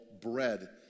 bread